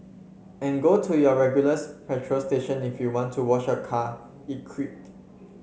and go to your regulars petrol station if you want to wash your car it quipped